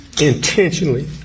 Intentionally